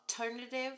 alternative